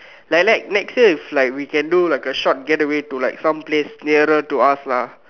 like like next year is like we can do like a short getaway to like some place nearer to us lah